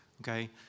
okay